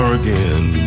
again